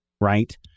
right